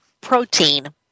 protein